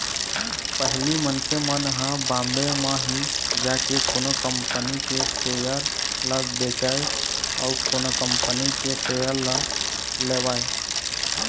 पहिली मनखे मन ह बॉम्बे म ही जाके कोनो कंपनी के सेयर ल बेचय अउ कोनो कंपनी के सेयर ल लेवय